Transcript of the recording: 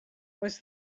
was